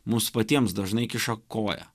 mums patiems dažnai kiša koją